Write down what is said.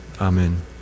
Amen